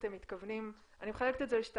אתם מתכוונים אני מחלקת את זה לשתיים.